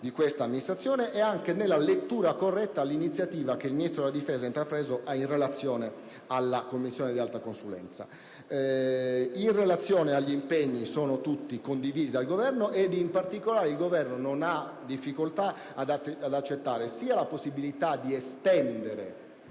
di questa amministrazione, nonché nella lettura corretta dell'iniziativa che il Ministro della difesa ha intrapreso in relazione alla Commissione di alta consulenza. Per quanto riguarda gli impegni, sono tutti condivisi dal Governo. In particolare il Governo non ha difficoltà ad accettare la possibilità di estendere